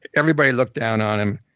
everybody looked down on him,